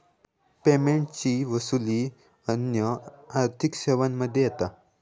पेमेंटची वसूली अन्य आर्थिक सेवांमध्ये येता